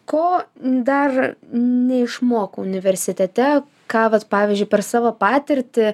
ko dar neišmokau universitete ką vat pavyzdžiui per savo patirtį